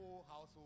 household